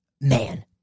Man